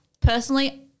Personally